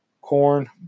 corn